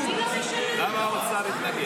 מלכיאלי, למה האוצר התנגד?